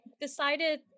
decided